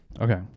Okay